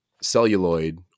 celluloid